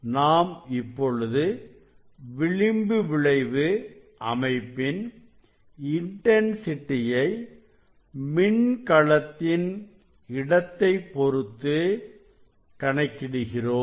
நாம் இப்பொழுது விளிம்பு விளைவு அமைப்பின் இன்டன்சிட்டியை மின்கலத்தின் இடத்தைப் பொறுத்து கணக்கிடுகிறோம்